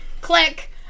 Click